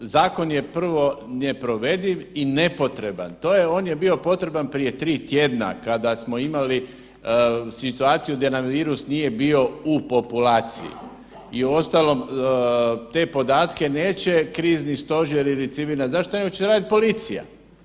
Zakon je prvo neprovediv i nepotreban, on je bio potreban prije tri tjedna kada smo imali situaciju gdje nam virus nije bio u populaciji i uostalom te podatke neće Krizni stožer ili civilna zaštita nego će raditi policija.